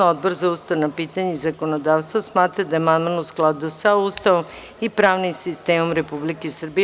Odbor za ustavna pitanja i zakonodavstvo smatra da je amandman u skladu sa Ustavom i pravnim sistemom Republike Srbije.